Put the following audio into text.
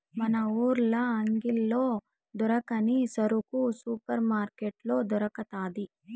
మన ఊర్ల అంగిల్లో దొరకని సరుకు సూపర్ మార్కట్లో దొరకతాది